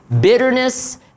bitterness